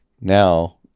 now